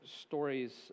stories